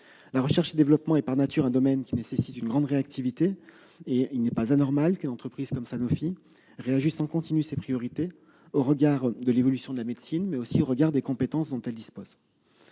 La recherche et développement est par nature un domaine qui nécessite une grande réactivité, et il n'est pas anormal qu'une entreprise comme Sanofi réajuste en continu ses priorités au regard de l'évolution de la médecine, mais aussi au regard des compétences dont elle dispose.